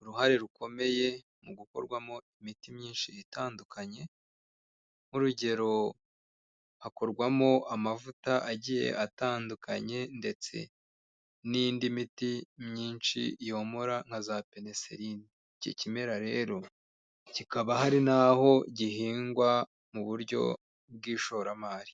uruhare rukomeye mu gukorwamo imiti myinshi itandukanye, nk'urugero hakorwamo amavuta agiye atandukanye ndetse n'indi miti myinshi yomora nka za peneserine. Iki kimera rero kikaba hari n'aho gihingwa mu buryo bw'ishoramari.